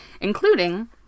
including